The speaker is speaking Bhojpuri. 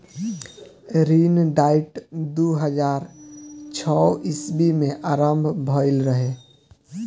ऋण डाइट दू हज़ार छौ ईस्वी में आरंभ भईल रहे